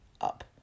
up